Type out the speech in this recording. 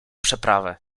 przeprawę